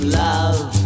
love